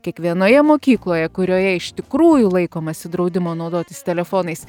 kiekvienoje mokykloje kurioje iš tikrųjų laikomasi draudimo naudotis telefonais